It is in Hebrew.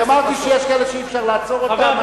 כי אמרתי שיש כאלה שאי-אפשר לעצור אותם.